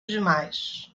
demais